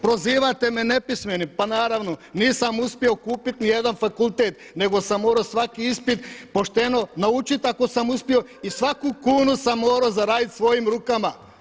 Prozivate me nepismenim, pa naravno nisam uspio kupiti nijedan fakultet nego sam morao svaki ispit pošteno naučiti ako sam uspio i svaku kunu sam morao zaraditi svojim rukama.